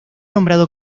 nombrado